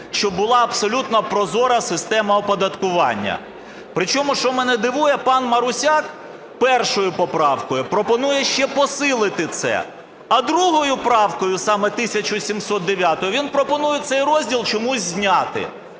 щоб була абсолютно прозора система оподаткування. Причому, що мене дивує, пан Марусяк першою поправкою пропонує ще посилити це, а другою правкою, саме 1709-у, він пропонує цей розділ чомусь зняти.